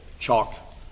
Chalk